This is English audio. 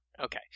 Okay